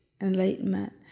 enlightenment